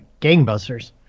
Gangbusters